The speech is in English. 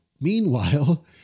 Meanwhile